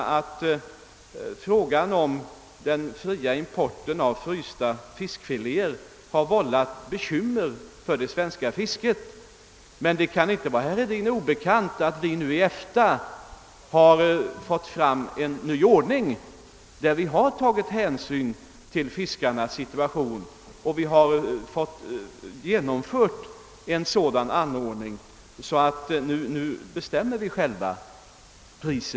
Jag kan erkänna att den fria importen av frysta fiskfiléer har vållat bekymmer för det svenska fisket. Det kan emellertid inte vara herr Hedin obekant att i EFTA har nu införts en ny ordning som tar hänsyn till fiskarnas situation. Vi har fått till stånd ett minimiprissystem för de frysta fiskfiléerna.